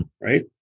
right